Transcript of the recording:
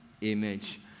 image